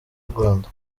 rwanda